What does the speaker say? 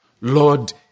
Lord